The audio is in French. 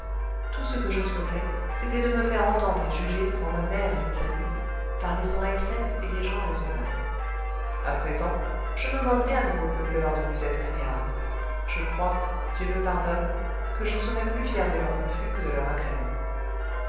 tout ce que je souhaitais c'était de me faire entendre et juger devant ma mère et mes amis par les oreilles saines et les gens raisonnables à présent je me moque bien de vos beugleurs de musette criarde je crois dieu me pardonne que je serais plus fier de leur refus que de leur agrément